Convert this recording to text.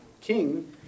king